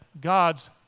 God's